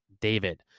David